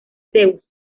zeus